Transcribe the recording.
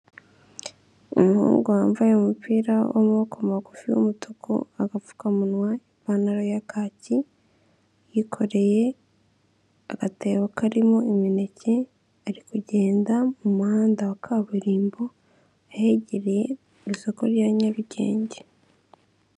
Umuhungu wambaye umupira w'amaboko magufi w'umutuku, agapfukamunwa, ipantaro ya kacyi yikoreye agatebo karimo imineke, ari kugenda mu muhanda wa kaburimbo ahegereye isoko rya nyarugenge.